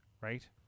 Right